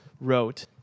wrote